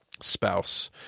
spouse